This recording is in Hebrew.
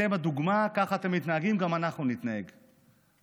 אתם הדוגמה, ככה אתם מתנהגים, גם אנחנו נתנהג ככה.